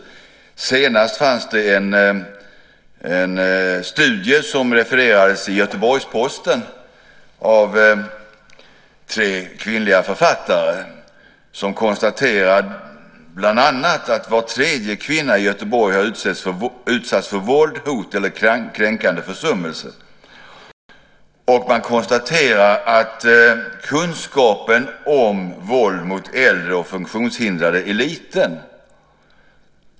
Senast var det en studie som refererades i Göteborgs-Posten och som gjorts av tre kvinnliga författare som konstaterar bland annat att var tredje kvinna i Göteborg har utsatts för våld, hot eller kränkande försummelse. Man konstaterar att kunskapen om våld mot äldre och funktionshindrade är liten.